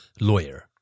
lawyer